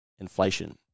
inflation